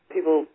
People